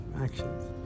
actions